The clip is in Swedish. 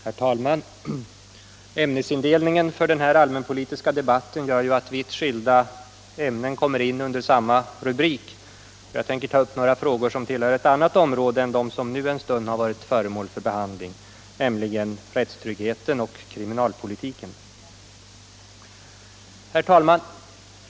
Herr talman! Ämnesfördelningen för den här allmänpolitiska debatten gör att vitt skilda ämnen kommer in under samma rubrik. Jag tänker ta upp några frågor som tillhör ett annat område än det som nu en stund varit föremål för behandling, nämligen rättstryggheten och kriminalpolitiken.